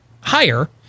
higher